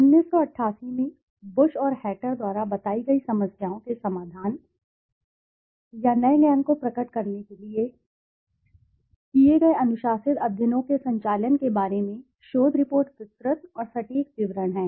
1988 में बुश और हैटर द्वारा बताई गई समस्याओं के समाधान या नए ज्ञान को प्रकट करने के लिए किए गए अनुशासित अध्ययनों के संचालन के बारे में शोध रिपोर्ट विस्तृत और सटीक विवरण है